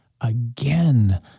again